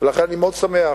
לכן אני מאוד שמח